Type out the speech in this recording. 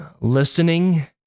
listening